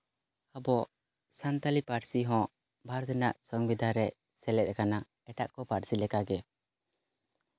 ᱟᱵᱚ ᱥᱟᱱᱛᱟᱲᱤ ᱯᱟᱹᱨᱥᱤ ᱦᱚᱸ ᱵᱷᱟᱨᱚᱛ ᱨᱮᱱᱟᱜ ᱥᱚᱝᱵᱤᱫᱷᱟᱱ ᱨᱮ ᱥᱮᱞᱮᱫ ᱠᱟᱱᱟ ᱮᱴᱟᱜ ᱠᱚ ᱯᱟᱹᱨᱥᱤ ᱞᱮᱠᱟᱜᱮ